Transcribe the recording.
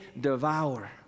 devour